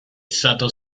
stato